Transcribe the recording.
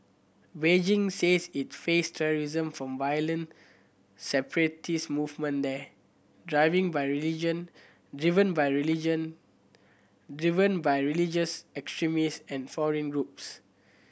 Beijing says it face terrorism from a violent separatist movement there driving by religion driven by religion driven by religious extremism and foreign groups